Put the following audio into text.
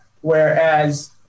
whereas